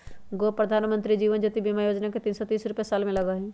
गो प्रधानमंत्री जीवन ज्योति बीमा योजना है तीन सौ तीस रुपए साल में लगहई?